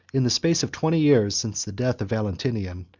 in the space of twenty years since the death of valentinian,